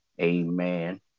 Amen